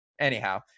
Anyhow